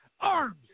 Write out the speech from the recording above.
arms